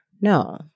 No